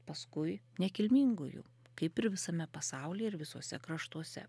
paskui nekilmingųjų kaip ir visame pasaulyje ir visuose kraštuose